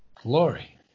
glory